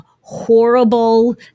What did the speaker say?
horrible